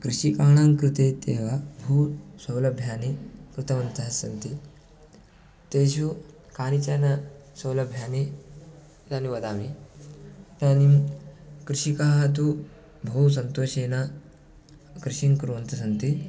कृषिकाणां कृते इत्येव बहु सौलभ्यानि कृतवन्तः सन्ति तेषु कानिचन सौलभ्यानि इदानीं वदामि इदानीं कृषिकाः तु बहु सन्तोषेन कृषिं कुर्वन्तः सन्ति